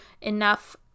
enough